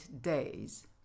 days